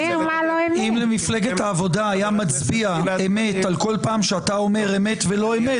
אם למפלגת העבודה היה מצביע אמת על כל פעם שאתה אומר אמת ולא אמת,